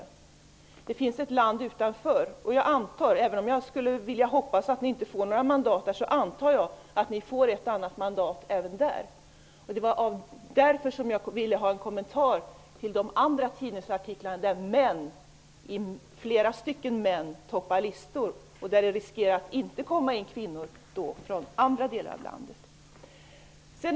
Landet finns även utanför dessa städer. Jag antar att ni får ett och annat mandat även där -- även om jag hoppas att ni inte får något. Jag ville därför ha en kommentar till de tidningsartiklar som redovisar att flera män toppar listorna och att kvinnor från andra delar av landet riskerar att inte komma med.